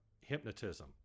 hypnotism